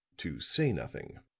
to say nothing.